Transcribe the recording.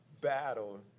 battle